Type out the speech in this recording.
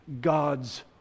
God's